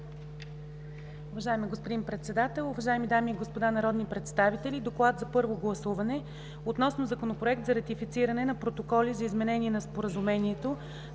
Уважаеми господин Председател, уважаеми дами и господа народни представители! „ДОКЛАД за първо гласуване относно Законопроект за ратифициране на протоколи за изменение на Споразумението